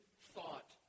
thought